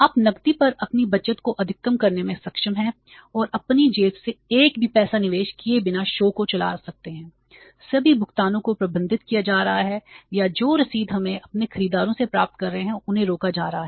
आप नकदी पर अपनी बचत को अधिकतम करने में सक्षम हैं और अपनी जेब से एक भी पैसा निवेश किए बिना शो को चला सकते हैं सभी भुगतानों को प्रबंधित किया जा रहा है या जो रसीदें हम अपने खरीदारों से प्राप्त कर रहे हैं उन्हें रोका जा रहा है